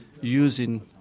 using